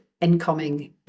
incoming